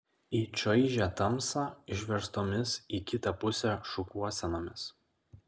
į čaižią tamsą išverstomis į kitą pusę šukuosenomis